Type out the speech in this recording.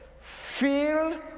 feel